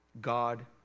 God